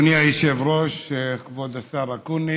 אדוני היושב-ראש, כבוד השר אקוניס,